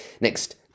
Next